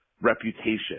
reputation